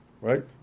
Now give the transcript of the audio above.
right